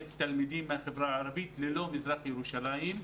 תלמידים בחברה הערבית ללא מזרח ירושלים,